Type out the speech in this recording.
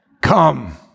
come